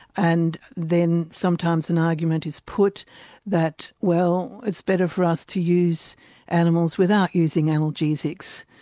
and then sometimes an argument is put that well, it's better for us to use animals without using analgesics.